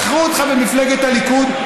בחרו אותך במפלגת הליכוד,